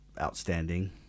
outstanding